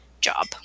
job